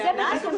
וזה בבית המשפט.